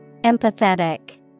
Empathetic